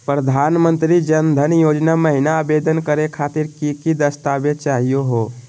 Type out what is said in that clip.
प्रधानमंत्री जन धन योजना महिना आवेदन करे खातीर कि कि दस्तावेज चाहीयो हो?